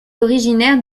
originaire